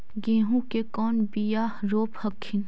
गेहूं के कौन बियाह रोप हखिन?